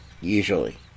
Usually